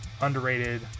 underrated